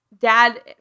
dad